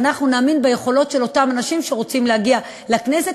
ואנחנו נאמין ביכולת של אותם אנשים שרוצים להגיע לכנסת,